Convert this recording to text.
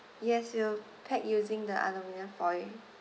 yes we'll pack using the aluminium foil